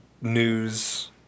news